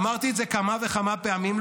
אמרתי את זה כמה וכמה פעמים.